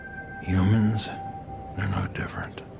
humans, they're not different.